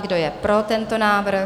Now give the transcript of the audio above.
Kdo je pro tento návrh?